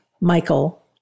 Michael